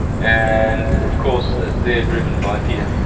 and, of course, they are driven by fear,